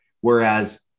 Whereas